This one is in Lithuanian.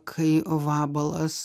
kai vabalas